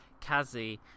Kazzy